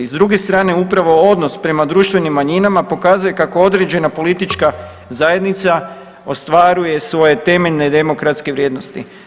S druge strane upravo odnos prema društvenim manjinama pokazuje kako određena politička zajednica ostvaruje svoje temeljne demokratske vrijednosti.